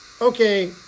Okay